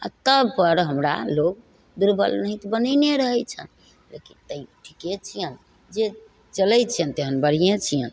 आओर तब पर हमरा लोग दुर्बल नाहित बनेने रहय छनि लेकिन तैयो ठीके छियनि जे चलय छियनि तेहन बढ़ियें छियनि